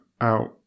out